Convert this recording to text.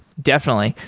definitely.